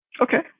Okay